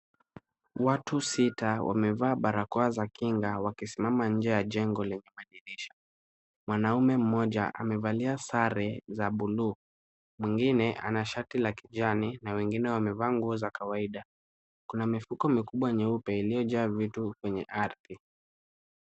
Watu sita wavaa barakoa za kinga, wakisimama nje ya jengo lenye madirisha. Mwanaume mmoja amevalia sare za bluu, mwingine ana shati la kijani na wengine wamevaa nguo za kawaida. Kuna mifuko mikubwa nyeupe iliyojaa vitu kwenye ardhi.